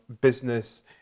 business